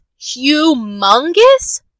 humongous